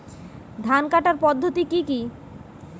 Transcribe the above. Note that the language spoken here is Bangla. ধান কাটার পদ্ধতি কি কি?